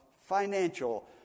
financial